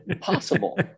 possible